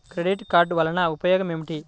Credit card వల్ల ఉపయోగం ఏమిటీ?